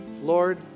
Lord